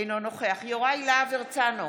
אינו נוכח יוראי להב הרצנו,